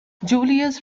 julius